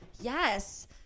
Yes